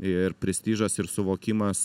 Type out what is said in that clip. ir prestižas ir suvokimas